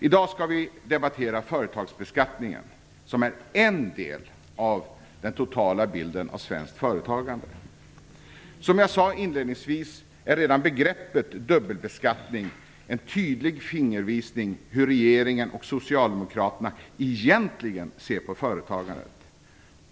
I dag skall vi debattera företagsbeskattningen, som är en del av den totala bilden av svenskt företagande. Som jag sade inledningsvis är redan begreppet dubbelbeskattning en tydlig fingervisning om hur regeringen och socialdemokraterna egentligen ser på företagandet.